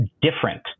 different